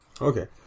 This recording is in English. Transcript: Okay